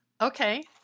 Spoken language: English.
Okay